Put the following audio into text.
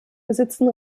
besitzen